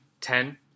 ten